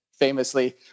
famously